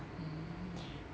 mm